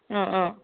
অঁ অঁ